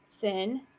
thin